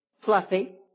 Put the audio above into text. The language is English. fluffy